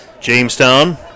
Jamestown